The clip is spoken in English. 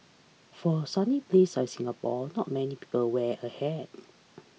for a sunny place like Singapore not many people wear a hat